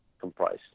comprise